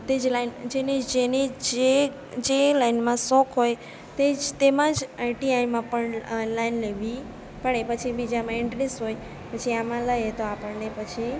તે જ લાઈન જેને જે જે લાઈનમાં શોખ હોય તે જ તેમાં જ આઈટીઆઈ પણ લાઈન લેવી પડે પછી બીજામાં ઈન્ટરેસ્ટ હોયને પછી આમાં લઈએ તો આપણને પછી